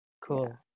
cool